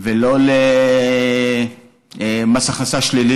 ולא למס הכנסה שלילי,